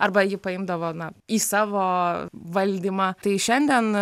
arba ji paimdavo na į savo valdymą tai šiandien